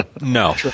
No